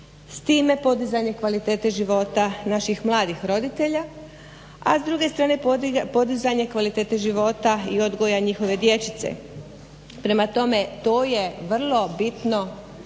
s time podizanje kvalitete života naših mladih roditelja a s druge strane kvalitete života i odgoja njihove dječice. Prema tome to je vrlo bitno